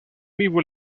vivo